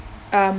um